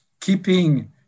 keeping